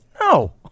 No